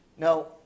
Now